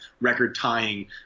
record-tying